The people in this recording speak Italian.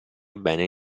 bene